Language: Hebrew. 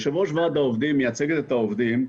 יושבת-ראש ועד העובדים מייצגת את העובדים,